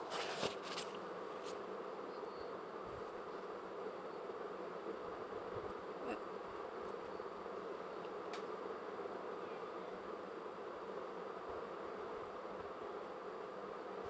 but